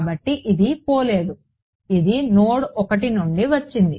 కాబట్టి ఇది పోలేదు ఇది నోడ్ 1 నుండి వచ్చింది